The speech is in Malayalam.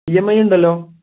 ഇ എം ഐ ഉണ്ടല്ലോ